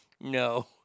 No